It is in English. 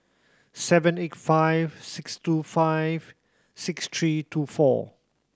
seven eight five six two five six three two four